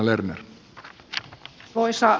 arvoisa puhemies